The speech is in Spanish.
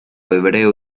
hebreo